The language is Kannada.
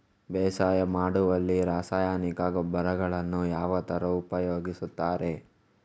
ಬೇಸಾಯ ಮಾಡುವಲ್ಲಿ ರಾಸಾಯನಿಕ ಗೊಬ್ಬರಗಳನ್ನು ಯಾವ ತರ ಉಪಯೋಗಿಸುತ್ತಾರೆ?